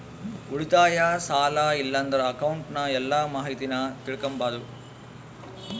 ಉಳಿತಾಯ, ಸಾಲ ಇಲ್ಲಂದ್ರ ಅಕೌಂಟ್ನ ಎಲ್ಲ ಮಾಹಿತೀನ ತಿಳಿಕಂಬಾದು